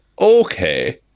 Okay